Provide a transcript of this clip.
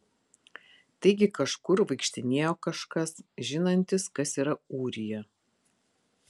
taigi kažkur vaikštinėjo kažkas žinantis kas yra ūrija